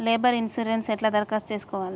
Labour insurance ఎట్ల దరఖాస్తు చేసుకోవాలే?